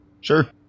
Sure